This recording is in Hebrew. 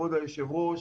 כבוד היושב ראש,